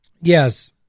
Yes